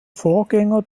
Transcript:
vorgänger